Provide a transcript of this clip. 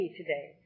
today